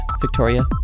Victoria